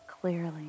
clearly